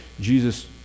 Jesus